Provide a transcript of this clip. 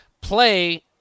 play